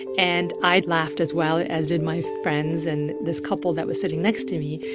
and i'd laughed as well, as did my friends and this couple that was sitting next to me.